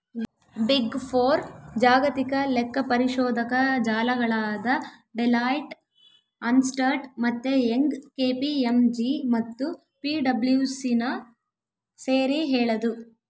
big four ಜಾಗತಿಕ ಲೆಕ್ಕಪರಿಶೋಧಕ ಜಾಲಗಳಾದ ಡೆಲಾಯ್ಟ್, ಅರ್ನ್ಸ್ಟ್ ಮತ್ತೆ ಯಂಗ್, ಕೆ.ಪಿ.ಎಂ.ಜಿ ಮತ್ತು ಪಿಡಬ್ಲ್ಯೂಸಿನ ಸೇರಿ ಹೇಳದು